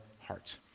heart